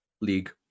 League